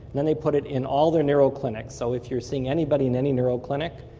then they put it in all their neural clinic. so if you're seeing anybody in any neural clinic,